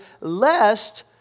lest